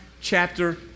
chapter